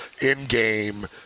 in-game